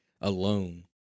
alone